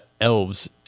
elves